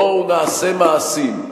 בואו נעשה מעשים.